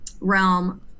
realm